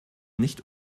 nicht